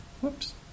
Whoops